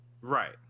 right